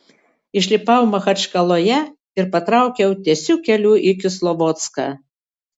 išlipau machačkaloje ir patraukiau tiesiu keliu į kislovodską